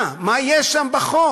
מה, מה יש שם בחוק?